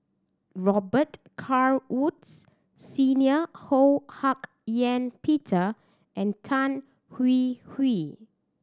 Robet Carr Woods Senior Ho Hak Ean Peter and Tan Hwee Hwee